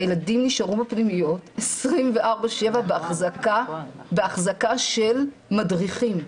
הילדים נשארו בפנימיות 24/7 בהחזקה של מדריכים.